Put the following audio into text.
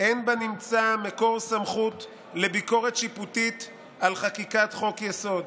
"אין בנמצא מקור סמכות לביקורת שיפוטית על חקיקת חוק-יסוד".